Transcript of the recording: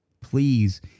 please